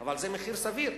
אבל זה מחיר סביר.